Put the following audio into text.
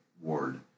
ward